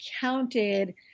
counted